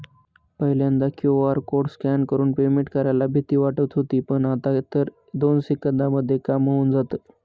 पहिल्यांदा QR code scan करून payment करायला भीती वाटत होती पण, आता तर दोन सेकंदांमध्ये काम होऊन जातं